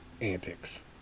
antics